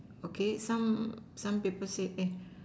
okay some some people say eh